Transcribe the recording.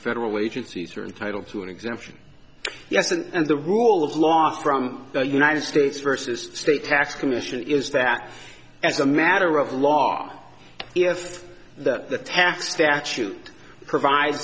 federal agencies are entitled to an exemption yes and the rule of law from the united states versus state tax commission is that as a matter of law if that the taf statute provide